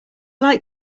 like